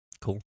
Cool